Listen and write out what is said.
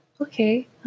Okay